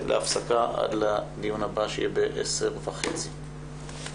הישיבה ננעלה בשעה 10:10.